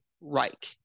Reich